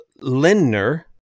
Lindner